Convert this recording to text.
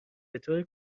بطور